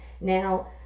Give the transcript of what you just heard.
Now